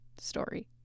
story